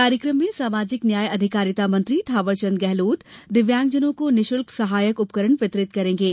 कार्यक्रम मे ंसामाजिक न्याय अधिकारिता मंत्री थावरचन्द्र गेहलोत दिव्यांगजनों को निशुल्क सहायक उपकरण वितरित करेंगे